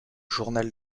journal